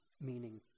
meaning